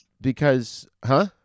because—huh